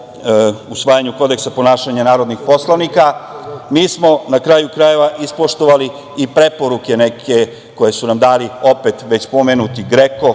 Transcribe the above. usvajanju Kodeksa ponašanja narodnih poslanika mi smo, na kraju krajeva, ispoštovali i neke preporuke koje su nam dali opet već pomenuti GREKO